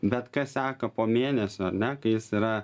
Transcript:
bet kas seka po mėnesio ar ne kai jis yra